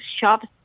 shops